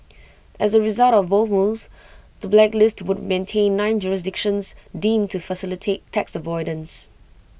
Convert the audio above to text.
as A result of both moves the blacklist would maintain nine jurisdictions deemed to facilitate tax avoidance